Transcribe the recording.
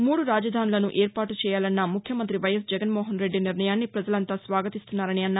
మూడు రాజధానులను ఏర్పాటు చేయాలన్న ముఖ్యమంత్రి వైఎస్ జగన్మోహన్ రెడ్డి నిర్ణయాన్ని పజలంతా స్వాగతిస్తున్నారని అన్నారు